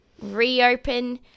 reopen